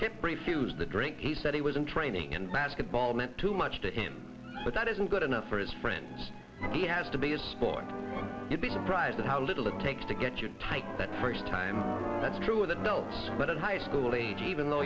to brief used to drink he said he was in training and basketball meant too much to him but that isn't good enough for his friends he has to be a sport you'd be surprised at how little it takes to get you take that first time that's true with adults but in high school age even though